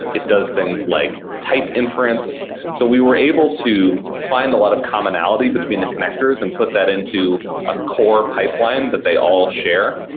it does things like type inference. so we were able to find a lot of commonality between the connectors and put that into a core pipeline that they all share.